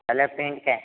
colour print है